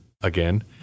again